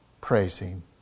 praising